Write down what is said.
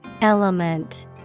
Element